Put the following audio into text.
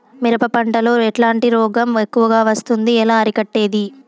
మిరప పంట లో ఎట్లాంటి రోగం ఎక్కువగా వస్తుంది? ఎలా అరికట్టేది?